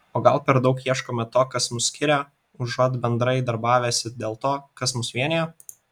o gal per daug ieškome to kas mus skiria užuot bendrai darbavęsi dėl to kas mus vienija